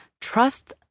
trust